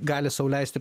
gali sau leisti